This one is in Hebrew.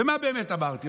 ומה באמת אמרתי?